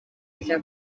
rya